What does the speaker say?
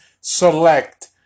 select